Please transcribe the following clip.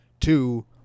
Two